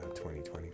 2020